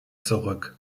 zurück